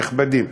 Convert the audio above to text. נכבדים.